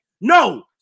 No